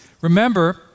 Remember